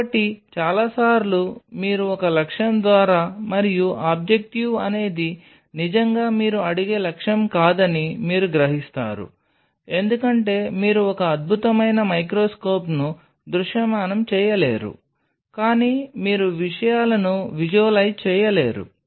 కాబట్టి చాలా సార్లు మీరు ఒక లక్ష్యం ద్వారా మరియు ఆబ్జెక్టివ్ అనేది నిజంగా మీరు అడిగే లక్ష్యం కాదని మీరు గ్రహిస్తారు ఎందుకంటే మీరు ఒక అద్భుతమైన మైక్రోస్కోప్ను దృశ్యమానం చేయలేరు కానీ మీరు విషయాలను విజువలైజ్ చేయలేరు